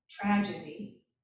tragedy